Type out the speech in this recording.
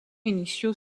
initiaux